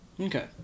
Okay